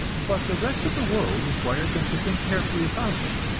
but the rest of the world requires them to think carefully about it,